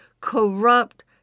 corrupt